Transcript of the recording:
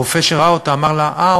הרופא שראה אותה אמר לה: אה,